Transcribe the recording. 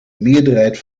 meerderheid